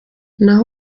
naho